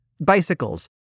bicycles